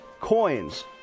coins